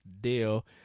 deal